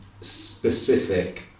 specific